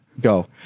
Go